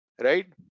right